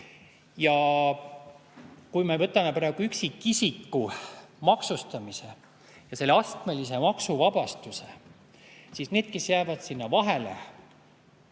Kui me võtame praegu üksikisiku maksustamise ja selle astmelise maksuvabastuse, siis need, kes jäävad sinna vahesse,